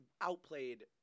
outplayed